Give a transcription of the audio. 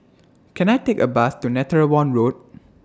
Can I Take A Bus to Netheravon Road